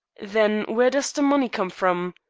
then where does the money come from?